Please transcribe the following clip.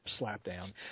slapdown